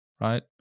right